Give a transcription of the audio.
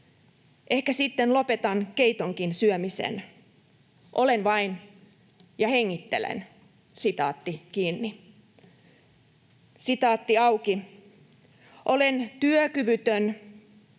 Ehkä sitten lopetan keitonkin syömisen. Olen vain ja hengittelen.” ”Olen työkyvytön,